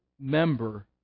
member